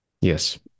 Yes